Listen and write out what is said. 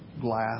glass